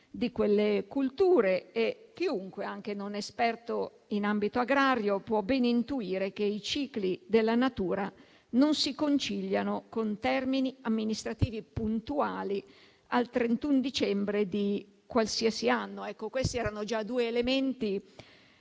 di quelle culture e chiunque, anche non esperto in ambito agrario, può ben intuire che i cicli della natura non si conciliano con termini amministrativi puntuali, al 31 dicembre di qualsiasi anno. Questi erano già due elementi